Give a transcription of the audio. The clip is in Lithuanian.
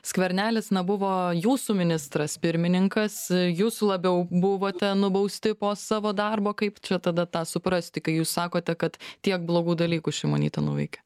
skvernelis na buvo jūsų ministras pirmininkas jūs labiau buvote nubausti po savo darbo kaip čia tada tą suprasti kai jūs sakote kad tiek blogų dalykų šimonytė nuveikė